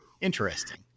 Interesting